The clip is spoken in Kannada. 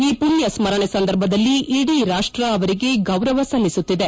ಈ ಮಣ್ಣ ಸ್ತರಣೆ ಸಂದರ್ಭದಲ್ಲಿ ಇಡೀ ರಾಷ್ಷ ಅವರಿಗೆ ಗೌರವ ಸಲ್ಲಿಸುತ್ತಿದೆ